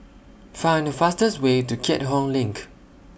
Find The fastest Way to Keat Hong LINK